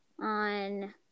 on